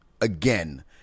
again